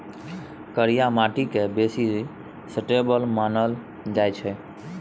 करिया माटि केँ बेसी सुटेबल मानल जाइ छै